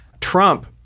Trump